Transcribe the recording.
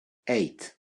eight